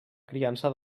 criança